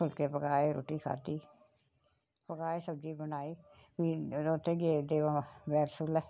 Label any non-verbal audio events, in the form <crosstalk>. फुलके पकाए रुट्टी खाद्धी पकाए सब्ज़ी बनाई फ्ही रातीं गे देमां <unintelligible>